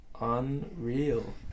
unreal